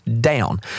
DOWN